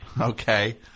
Okay